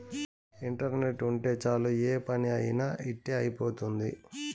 internet ఉంటే చాలు ఏ పని అయినా ఇట్టి అయిపోతుంది